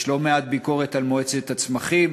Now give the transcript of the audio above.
יש לא מעט ביקורת על מועצת הצמחים,